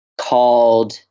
called